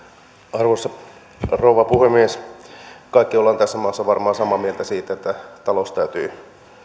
arvoisa rouva puhemies kaikki olemme tässä maassa varmaan samaa mieltä siitä että talous täytyy